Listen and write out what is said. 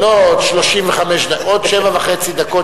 לא, עוד 35. עוד שבע וחצי דקות.